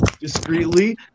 discreetly